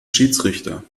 schiedsrichter